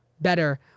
better